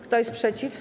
Kto jest przeciw?